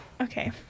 Okay